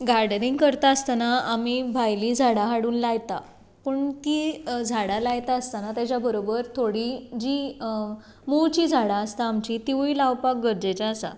gardening करता आसतना आमी भायलीं झाडां हाडून लायता पूण तीं झाडां लायता आसतना तेज्या बरोबर थोडीं जीं मुळचीं झाडां आसता आमचीं तिवूय लावपाक गरजेचें आसा